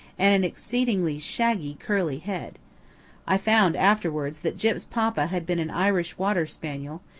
and an exceedingly shaggy curly head i found afterwards that gyp's papa had been an irish water spaniel,